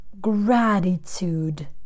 Gratitude